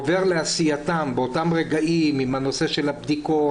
עובר לעשייתם באותם רגעים עם הנושא של הבדיקות.